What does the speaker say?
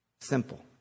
Simple